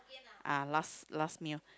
ah last last meal